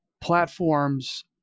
platforms